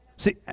See